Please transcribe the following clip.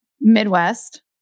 Midwest